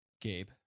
Gabe